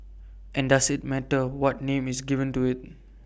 and does IT matter what name is given to IT